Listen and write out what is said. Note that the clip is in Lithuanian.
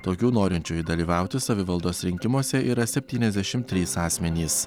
tokių norinčiųjų dalyvauti savivaldos rinkimuose yra septyniasdešimt trys asmenys